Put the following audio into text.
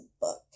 book